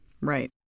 right